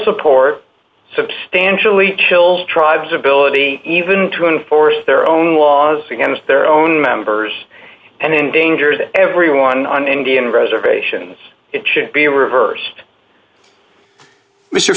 support substantially chill tribes ability even to enforce their own laws against their own members and endanger the everyone on indian reservation it should be reversed mr